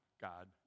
God